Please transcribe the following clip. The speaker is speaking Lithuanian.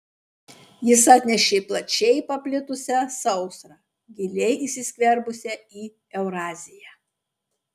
jis atnešė plačiai paplitusią sausrą giliai įsiskverbusią į euraziją